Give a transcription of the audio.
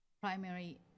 primary